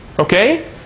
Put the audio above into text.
Okay